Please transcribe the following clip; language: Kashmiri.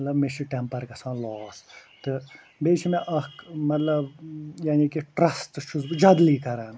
مطلب مےٚ چھُ ٹٮ۪مپر گَژھان لاس تہٕ بیٚیہِ چھِ مےٚ اکھ مطلب یعنی کہِ ٹرٛسٹ چھُس بہٕ جدلی کَران